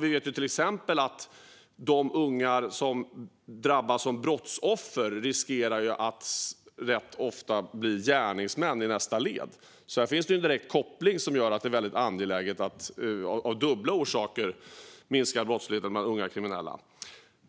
Vi vet till exempel att de ungar som drabbas som brottsoffer rätt ofta riskerar att i nästa led bli gärningsmän. Sedan finns det en direkt koppling som gör att det är mycket angeläget, av dubbla orsaker, att minska brottsligheten bland unga kriminella.